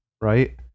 right